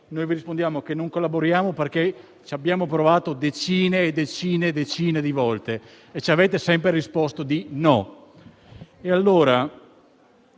rispondiamo che non collaboriamo perché ci abbiamo provato decine e decine di volte e ci avete sempre risposto di no. Il